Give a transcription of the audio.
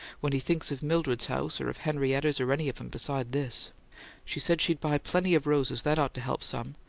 when he thinks of mildred's house, or of henrietta's, or any of em, beside this she said she'd buy plenty of roses that ought to help some.